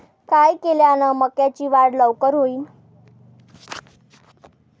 काय केल्यान मक्याची वाढ लवकर होईन?